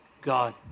God